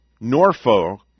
Norfolk